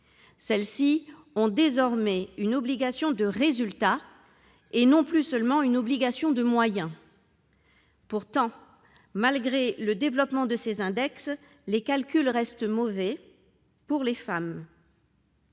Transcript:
Celles ci ont désormais une obligation de résultat, et non plus seulement une obligation de moyens. Pourtant, malgré le développement de ces index, les calculs restent mauvais pour les femmes.